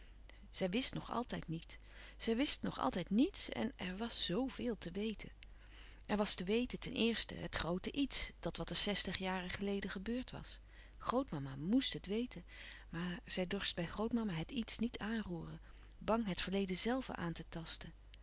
zij wist nog altijd niet zij wist nog altijd niets en er was zoo veel te weten er was te weten ten eerste het groote iets dat wat er zestig jaren geleden gebeurd was grootmama moèst het weten maar zij dorst bij grootmama het iets niet aanroeren bang het verleden zelve aan te